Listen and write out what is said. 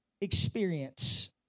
experience